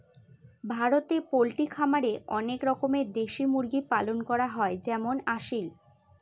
ভারতে পোল্ট্রি খামারে অনেক রকমের দেশি মুরগি পালন হয় যেমন আসিল